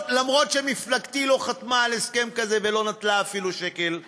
אפילו שמפלגתי לא חתמה על הסכם כזה ולא נטלה אפילו שקל אחד.